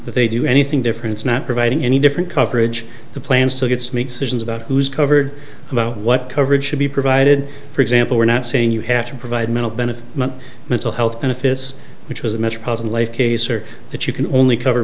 that they do anything different is not providing any different coverage the plan still gets me about who's covered about what coverage should be provided for example we're not saying you have to provide mental benefit mental health benefits which was a metropolitan life case or that you can only cover